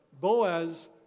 Boaz